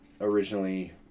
originally